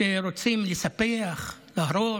שרוצים לספח, להרוס,